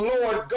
Lord